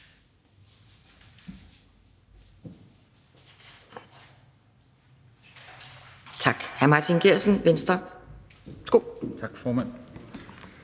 Tak.